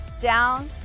Down